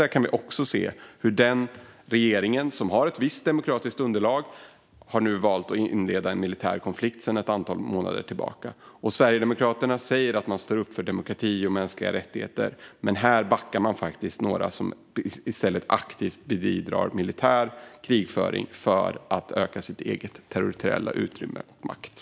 Där kan vi se att landets regering - som har ett visst demokratiskt underlag - sedan ett antal månader tillbaka har valt att inleda en militär konflikt. Sverigedemokraterna säger sig stå upp för demokrati och mänskliga rättigheter, men här backar man faktiskt några som i stället aktivt bedriver militär krigföring för att öka sitt eget territoriella utrymme och sin makt.